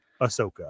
ahsoka